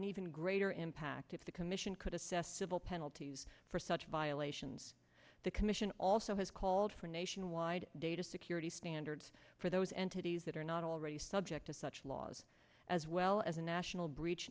an even greater impact if the commission could assess civil penalties for such violations the commission also has called for nationwide data security standards for those entities that are not already subject to such laws as well as a national breach